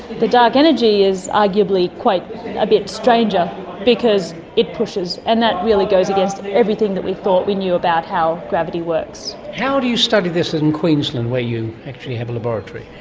the dark energy is arguably quite a bit stranger because it pushes, and that really goes against everything that we thought we knew about how gravity works. how do you study this in queensland where you actually have a laboratory?